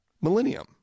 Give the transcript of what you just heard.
millennium